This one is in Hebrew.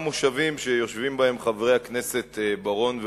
מושבים שיושבים בהם חברי הכנסת בר-און ואורון,